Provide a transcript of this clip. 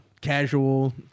casual